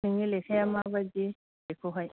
नोंनि लेखाया माबादि बेखौहाय